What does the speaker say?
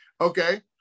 Okay